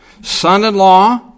Son-in-law